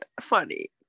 funny